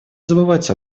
забывать